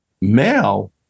male